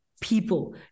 people